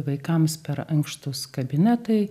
vaikams per ankštūs kabinetai